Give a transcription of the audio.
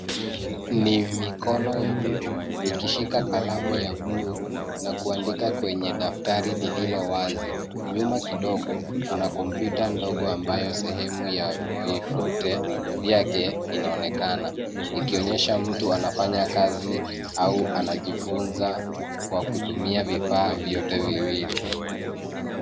Ni mikono ya mtu ikishika kalamu ya bluu na kuandika kwenye daftari lililowazi. Nyuma kidogo, kuna kompyuta ndogo ambayo sehemu ya vifute vyake inaonekana. Ikionyesha mtu anafanya kazi au anajifunza kwa kutumia vifaa vyote viwili.